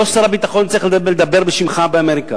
לא שר הביטחון צריך לדבר בשמך באמריקה.